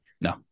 No